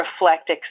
reflect